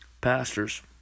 Pastors